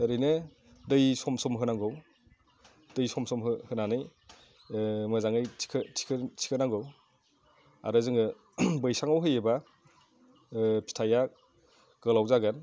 ओरैनो दै सम सम होनांगौ दै सम सम होनानै मोजाङै थिखोनांगौ आरो जोङो बैसाङाव होयोबा फिथाइया गोलाव जागोन